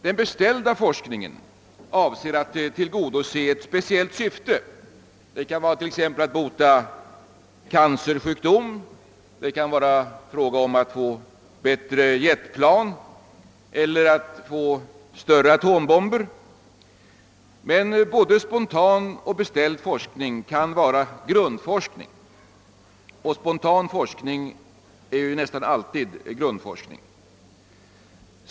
Den beställda forskningen avser att tillgodose ett speciellt syfte; det kan vara att bota cancersjukdomar, det kan vara fråga om att åstadkomma bättre jetplan eller större atombomber. Men både spontan forskning och beställd forskning kan vara grundforskning; spontan forskning är nästan alltid grundforskning.